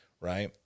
right